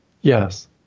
Yes